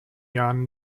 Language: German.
jahren